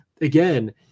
again